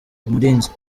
umurinzi